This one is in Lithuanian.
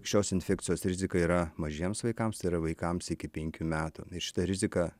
šios infekcijos rizika yra mažiems vaikams tai yra vaikams iki penkių metų ir šita rizika